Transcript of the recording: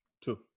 Two